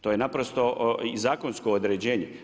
To je naprosto i zakonsko određenje.